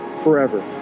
forever